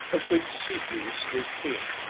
of which cepheus was king.